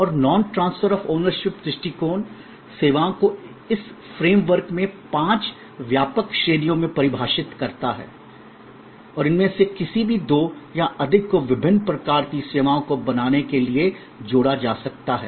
और non transfer of ownership दृष्टिकोण सेवाओं को इस फ्रेम वर्क में पांच व्यापक श्रेणियों में परिभाषित करता है इनमें से किसी भी दो या अधिक को विभिन्न प्रकार की सेवाओं को बनाने के लिए जोड़ा जा सकता है